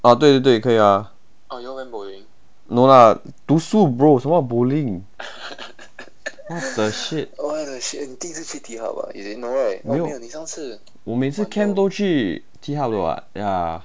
哦对对对可以啊 no lah 读书 bro 什么 bowling what the shit 没有我每次 camp 都去 T hub 的 [what] ya